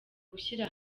gushyira